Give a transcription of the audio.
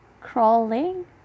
Crawling